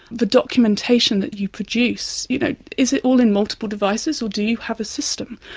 the documentation that you produce? you know is it all in multiple devices or do you have a system?